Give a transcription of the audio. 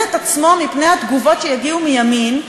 את עצמו מפני התגובות שיגיעו מימין,